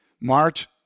March